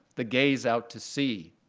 the gaze out to sea.